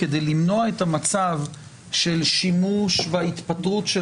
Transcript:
כדי למנוע את המצב של שימוש בהתפטרות של